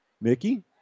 Mickey